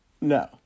No